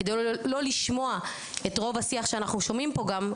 כדי לא לשמוע את רוב השיח שאנחנו שומעים פה גם,